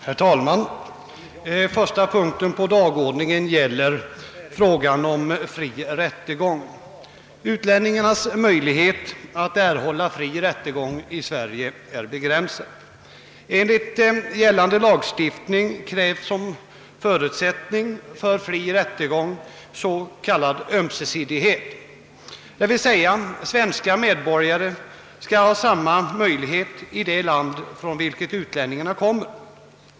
Herr talman! Första punkten på dagordningen gäller frågan om fri rättegång. Utlänningarnas möjlighet att erhålla fri rättegång i Sverige är begränsad. Enligt gällande lagstiftning krävs så kallad ömsesidighet, d.v.s. förutsättningen för att en utlänning skall erhålla fri rättegång är att svenska medborgare har samma möjlighet i det land från vilket utlänningen kommer.